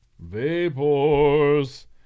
vapors